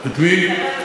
מתקרב.